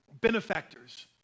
benefactors